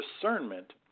discernment